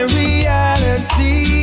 reality